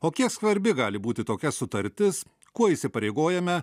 kokia svarbi gali būti tokia sutartis kuo įsipareigojame